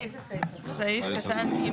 אוקיי אז בעמוד 15 בסעיף קטן (ג),